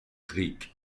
greek